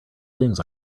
things